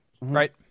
Right